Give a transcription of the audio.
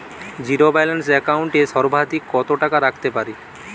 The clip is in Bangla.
জীরো ব্যালান্স একাউন্ট এ সর্বাধিক কত টাকা রাখতে পারি?